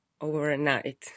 overnight